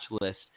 List